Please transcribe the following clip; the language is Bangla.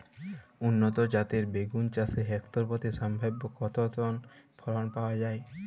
উন্নত জাতের বেগুন চাষে হেক্টর প্রতি সম্ভাব্য কত টন ফলন পাওয়া যায়?